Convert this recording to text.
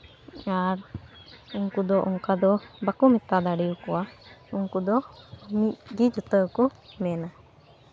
ᱟᱨ ᱩᱱᱠᱩ ᱫᱚ ᱚᱱᱠᱟ ᱫᱚ ᱵᱟᱠᱚ ᱢᱮᱛᱟ ᱫᱟᱲᱮ ᱠᱚᱣᱟ ᱩᱱᱠᱩ ᱫᱚ ᱢᱤᱫ ᱜᱮ ᱡᱚᱛᱚ ᱜᱮᱠᱚ ᱢᱮᱱᱟ